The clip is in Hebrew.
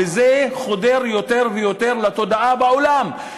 וזה חודר יותר ויותר לתודעה בעולם,